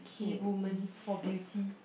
see woman for beauty